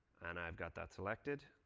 and i've got that selected,